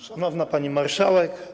Szanowna Pani Marszałek!